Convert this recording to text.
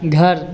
घर